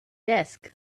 desk